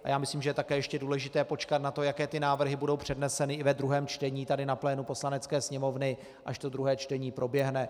A já myslím, že je také ještě důležité počkat na to, jaké ty návrhy budou předneseny i ve druhém čtení tady na plénu Poslanecké sněmovny, až to druhé čtení proběhne.